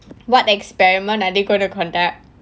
what experiment are they gonna conduct